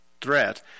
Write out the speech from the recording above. threat